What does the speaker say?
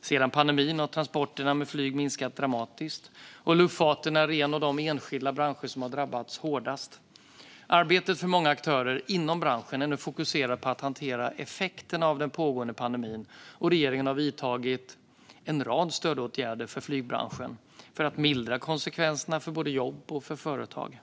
Sedan pandemin började har transporter med flyg minskat dramatiskt, och luftfarten är en av de enskilda branscher som har drabbats hårdast. Arbetet för många aktörer inom branschen är nu fokuserat på att hantera effekterna av den pågående pandemin, och regeringen har vidtagit en rad stödåtgärder för flygbranschen för att mildra konsekvenserna för både jobb och företag.